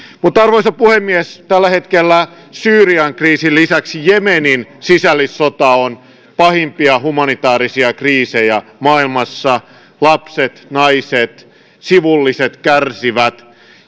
arvoisa puhemies tällä hetkellä syyrian kriisin lisäksi jemenin sisällissota on pahimpia humanitäärisiä kriisejä maailmassa lapset naiset sivulliset kärsivät